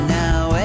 now